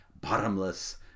bottomless